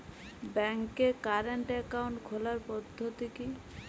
ব্যাংকে current account খোলার পদ্ধতি কি?